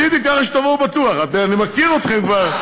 רציתי ככה שתבואו בטוח, אני מכיר אתכם כבר.